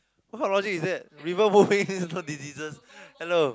what logic is that river won't face diseases hello